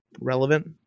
relevant